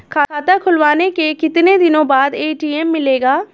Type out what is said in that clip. खाता खुलवाने के कितनी दिनो बाद ए.टी.एम मिलेगा?